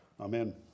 Amen